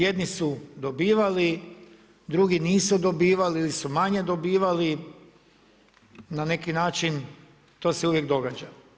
Jedni su dobivali, drugi nisu dobivali ili su manje dobivali, na neki način to se uvijek događa.